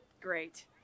great